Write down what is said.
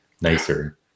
nicer